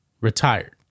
retired